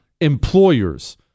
employers